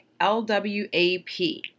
LWAP